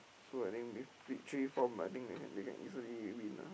so I think with Victory form I think that wi~ win ah